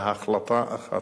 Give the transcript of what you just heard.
בהחלטה אחת.